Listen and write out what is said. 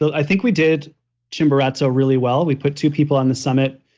so i think we did chimborazo really well. we put two people on the summit.